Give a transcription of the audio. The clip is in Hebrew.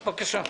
בבקשה.